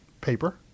paper